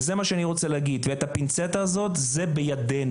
וזה מה שאני רוצה להגיד, הפינצטה הזאת זה בידינו.